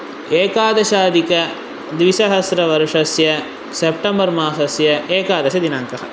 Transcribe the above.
एकादशाधिक द्विसहस्रवर्षस्य सेप्टम्बर् मासस्य एकादशदिनाङ्कः